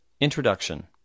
Introduction